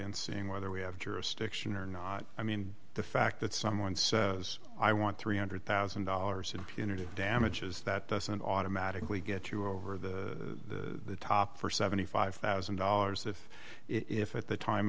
and seeing whether we have jurisdiction or not i mean the fact that someone says i want three hundred thousand dollars in punitive damages that doesn't automatically get you over the top for seventy five one thousand dollars if if at the time